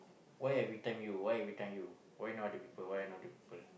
why every time you why every time you why not other people why not other people